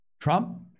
Trump